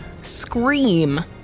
scream